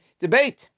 debate